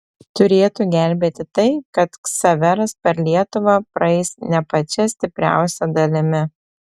turėtų gelbėti tai kad ksaveras per lietuvą praeis ne pačia stipriausia dalimi